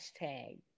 hashtag